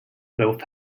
though